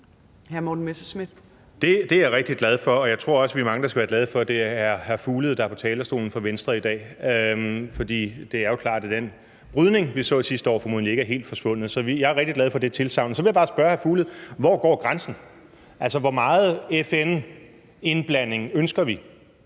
(DF): Det er jeg rigtig glad for, og jeg tror også, at vi er mange, der skal være glade for, at det er hr. Mads Fuglede, der er på talerstolen for Venstre i dag. For det er jo klart, at den brydning, vi så sidste år, formentlig ikke helt er forsvundet her, så jeg er rigtig glad for det tilsagn. Så vil jeg bare spørge hr. Mads Fuglede: Hvor går grænsen? Altså, hvor meget FN-indblanding ønsker vi?